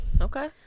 Okay